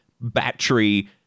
battery